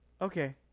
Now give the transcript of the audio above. Okay